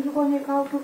ligoninei kaukių